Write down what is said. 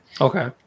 Okay